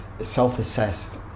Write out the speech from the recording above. self-assessed